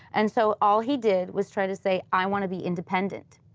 and so all he did was try to say, i want to be independent.